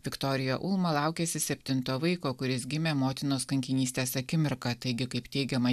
viktorija ulma laukėsi septinto vaiko kuris gimė motinos kankinystės akimirką taigi kaip teigiama